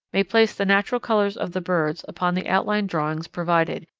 may place the natural colours of the birds upon the outline drawings provided,